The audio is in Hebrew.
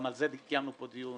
גם על זה קיימנו פה דיון,